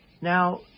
now